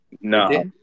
No